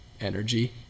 energy